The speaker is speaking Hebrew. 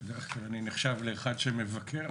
אני נחשב לאחד שמבקר,